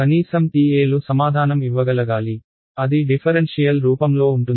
కనీసం TA లు సమాధానం ఇవ్వగలగాలి అది డిఫరెన్షియల్ రూపంలో ఉంటుంది